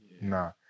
Nah